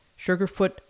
Sugarfoot